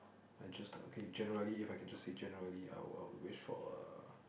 I just okay generally if I can just say generally I would I would wish for a